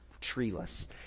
treeless